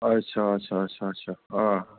अच्छा अच्छा अच्छा अच्छा हा